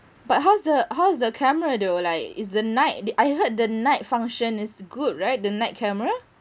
but how's the how's the camera though like is the night the I heard the night function is good right the night camera